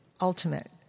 ultimate